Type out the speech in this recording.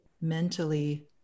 mentally